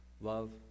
love